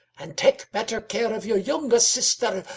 and take better care of your youngest sister,